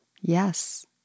Yes